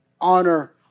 Honor